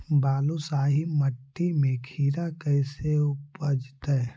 बालुसाहि मट्टी में खिरा कैसे उपजतै?